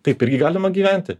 taip irgi galima gyventi